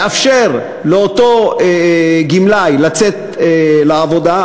לאפשר לאותו גמלאי לצאת לעבודה.